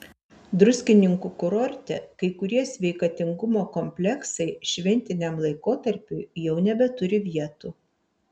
druskininkų kurorte kai kurie sveikatingumo kompleksai šventiniam laikotarpiui jau nebeturi vietų